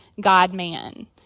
God-man